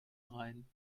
rein